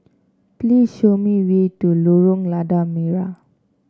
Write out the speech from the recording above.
please show me way to Lorong Lada Merah